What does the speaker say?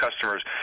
customers